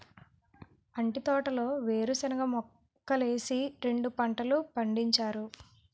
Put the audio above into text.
అంటి తోటలో వేరుశనగ మొక్కలేసి రెండు పంటలు పండించారు